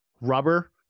rubber